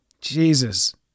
Jesus